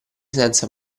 senza